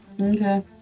Okay